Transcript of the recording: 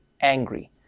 angry